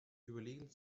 überlegen